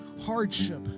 hardship